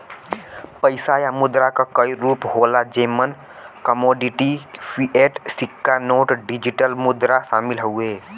पइसा या मुद्रा क कई रूप होला जेमन कमोडिटी, फ़िएट, सिक्का नोट, डिजिटल मुद्रा शामिल हउवे